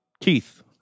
Keith